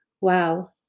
Wow